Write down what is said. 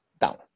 down